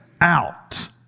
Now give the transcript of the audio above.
out